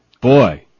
Boy